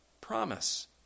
promise